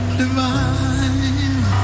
divine